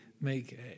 make